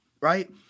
Right